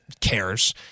cares